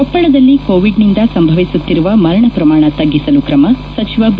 ಕೊಪ್ಪಳದಲ್ಲಿ ಕೋವಿಡ್ನಿಂದ ಸಂಭವಿಸುತ್ತಿರುವ ಮರಣ ಪ್ರಮಾಣ ತಗ್ಗಿಸಲು ಕ್ರಮ ಸಚಿವ ಬಿ